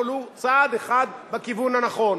אבל היא צעד אחד בכיוון הנכון,